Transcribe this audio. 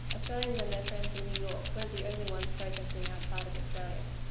australians and their friends in new york, weren't the only ones protesting outside of australia.